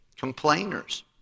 Complainers